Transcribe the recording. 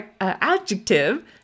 adjective